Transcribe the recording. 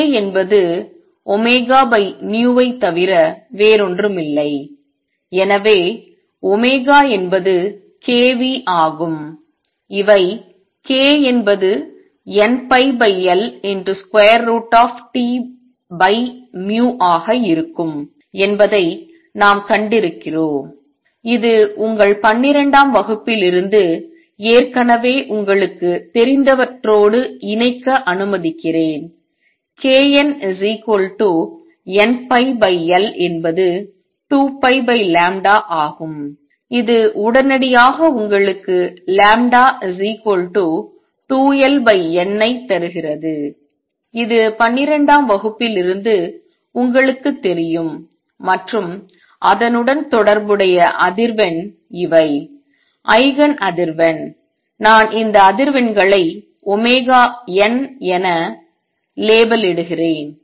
k என்பது vஐத் தவிர வேறொன்றுமில்லை எனவே என்பது k v ஆகும் இவை k என்பது nπLT ஆக இருக்கும் என்பதை நாம் கண்டிருக்கிறோம் இது உங்கள் பன்னிரெண்டாம் வகுப்பிலிருந்து ஏற்கனவே உங்களுக்குத் தெரிந்தவற்றோடு இணைக்க அனுமதிக்கிறேன் knnπL என்பது 2π ஆகும் இது உடனடியாக உங்களுக்கு 2Ln ஐ தருகிறது இது பன்னிரண்டாம் வகுப்பிலிருந்து உங்களுக்குத் தெரியும் மற்றும் அதனுடன் தொடர்புடைய அதிர்வெண் இவை ஐகன் அதிர்வெண் நான் இந்த அதிர்வெண்களை n என லேபிளிடுகிறேன்